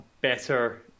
better